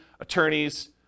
attorneys